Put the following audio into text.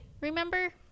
remember